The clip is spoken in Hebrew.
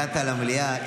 הגעת למליאה.